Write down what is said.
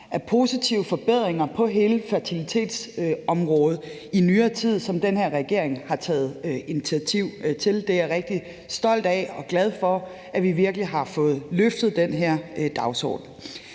positive forbedringer på hele fertilitetsområdet som dem, den her regering har taget initiativ til. Jeg er rigtig stolt af og glad for, at vi virkelig har fået løftet den her dagsorden.